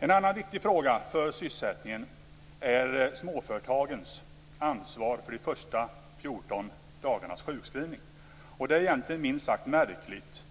En annan viktig fråga för sysselsättningen är småföretagens ansvar för de första 14 dagarna av sjuskrivningsperioden. Det är minst sagt märkligt